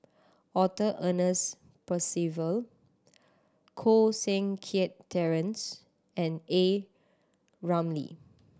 Arthur Ernest Percival Koh Seng Kiat Terence and A Ramli